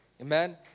Amen